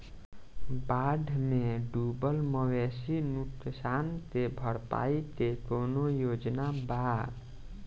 बाढ़ में डुबल मवेशी नुकसान के भरपाई के कौनो योजना वा?